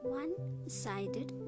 one-sided